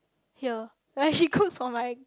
here like she cooks for my